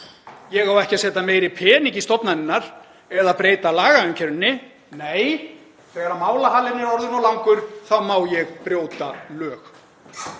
Ég á ekki að setja meiri pening í stofnanirnar eða breyta lagaumgjörðinni. Nei, þegar málahalinn er orðinn of langur, þá má ég brjóta lög.